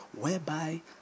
whereby